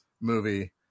movie